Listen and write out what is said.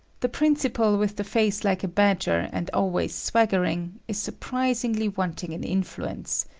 the principal, with the face like a badger and always swaggering, is surprisingly, wanting in influence.